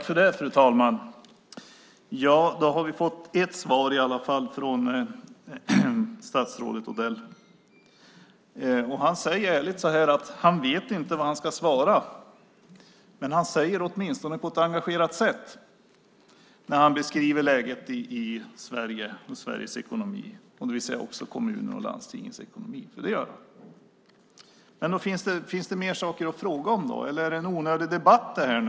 Fru talman! Då har vi fått ett svar i alla fall från statsrådet Odell. Han säger ärligt att han inte vet vad han ska svara, men han säger det åtminstone på ett engagerat sätt när han beskriver läget i Sverige och Sveriges ekonomi med kommunernas och landstingens ekonomi. Det gör han. Men nog finns det mer saker att fråga om. Eller är det onödig debatt det här?